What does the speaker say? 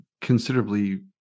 considerably